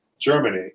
Germany